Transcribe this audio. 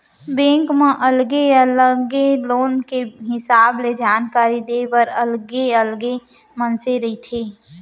bank म अलगे अलगे लोन के हिसाब ले जानकारी देय बर अलगे अलगे मनसे रहिथे